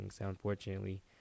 unfortunately